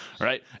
right